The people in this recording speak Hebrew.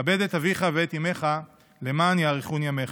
"כבד את אביך ואת אמך למען יארכון ימיך".